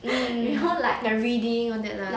mm like the reading all that right